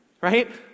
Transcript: Right